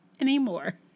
anymore